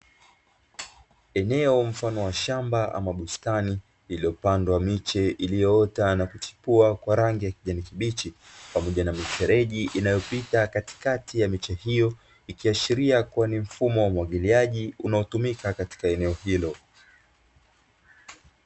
Eneo mfano wa shamba ama bustani lililopandwa miche iliyoota na kuchipua kwa rangi ya kijani kibichi, pamoja na mifereji inayopita katikati ya mechi hiyo ikiashiria kuwa ni mfumo wa umwagiliaji unaotumika katika eneo hilo.